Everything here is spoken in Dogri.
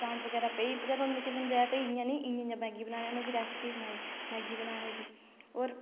डांट बगैरा पेई चलो उ'नें मिगी समझाया भाई इ'यां नी इ'यां इ'यां मैगी बनानी उ'नें मिगी रैस्पी सनाई मैगी बनाने दी होर